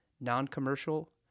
non-commercial